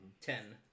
Ten